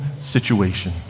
situation